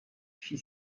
she